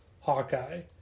Hawkeye